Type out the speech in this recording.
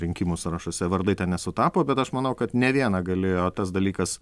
rinkimų sąrašuose vardai ten nesutapo bet aš manau kad ne vieną galėjo tas dalykas